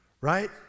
right